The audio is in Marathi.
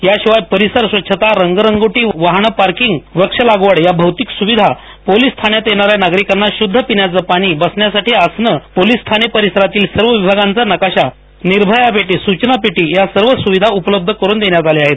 या शिवाय परिसर स्वच्छता रंगरंगोटी वाहनं पार्किंग व्रक्षलागवड या भौतिक स्विधा पोलीस ठाण्यात येणाऱ्या नागरिकांना शुद्ध पिण्याचं पाणी बसण्यासाठी आसनं पोलीस ठाणे परिसरातील सर्व विभागांचा नकाशा निर्भयापेटी सूचनापेटी या सर्व सूविधा उपलब्ध करून देण्यात आल्या आहेत